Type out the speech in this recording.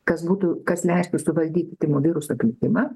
kas būtų kas leistų suvaldyti tymų viruso plitimą